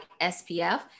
SPF